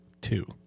Two